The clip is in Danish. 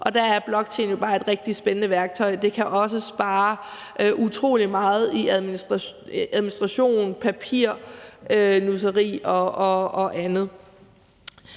Der er blockchain bare et rigtig spændende værktøj. Det kan også spare utrolig meget i administration, papirnusseri og andet.